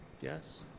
Yes